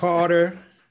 Carter